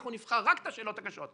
אנחנו נבחר רק את השאלות הקשות".